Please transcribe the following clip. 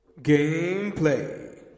Gameplay